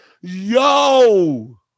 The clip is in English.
yo